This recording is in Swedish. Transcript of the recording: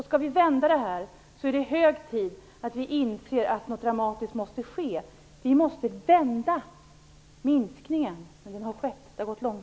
Skall vi vända detta, är det hög tid att vi inser att något dramatiskt måste ske. Vi måste vända minskningen, därför att den har gått långt.